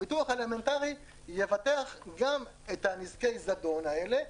הביטוח האלמנטרי יבטח גם את נזקי הזדון האלה,